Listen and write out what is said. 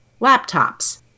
laptops